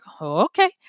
okay